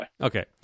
Okay